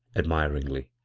admiringly,